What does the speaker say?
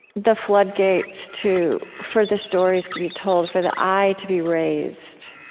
the floodgates to for the stories to be told, for the i to be raised.